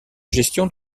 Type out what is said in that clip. gestion